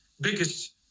biggest